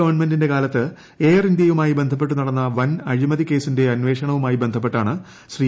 ഗവൺമെന്റിന്റെ കാലത്ത് എയർ ഇന്ത്യയുമായി ബന്ധപ്പെട്ടു നടന്ന വൻ അഴിമതികേസിന്റെ അന്വേഷണവുമായി ബന്ധപ്പെട്ടാണ് ശ്രീ